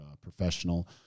professional